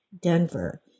Denver